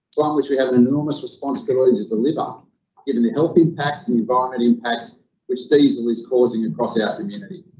one which we have an an enormous responsibility to deliver given the health impacts and environment but um and impacts which diesel is causing across yeah our community.